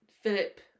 Philip